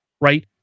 Right